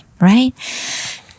Right